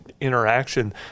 interaction